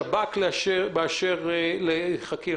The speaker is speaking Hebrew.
אני אסביר: יש לנו כבוד רב לוועדה